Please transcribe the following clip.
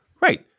Right